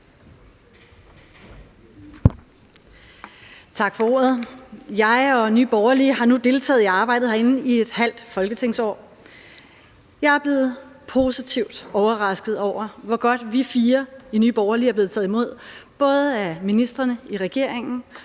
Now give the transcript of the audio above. Tak for ordet. Jeg og Nye Borgerlige har nu deltaget i arbejdet herinde i et halvt folketingsår. Jeg er blevet positivt overrasket over, hvor godt vi fire i Nye Borgerlige er blevet taget imod af både ministrene i regeringen